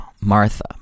Martha